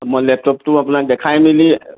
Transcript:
মই লেপটপটো আপোনাক দেখাই মেলি